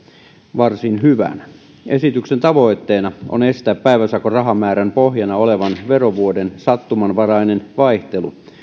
varsin hyvänä esityksen tavoitteena on estää päiväsakon rahamäärän pohjana olevan verovuoden sattumanvarainen vaihtelu